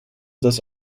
das